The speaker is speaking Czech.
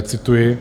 Cituji: